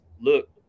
look